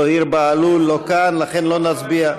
זוהיר בהלול לא כאן, לכן לא נצביע,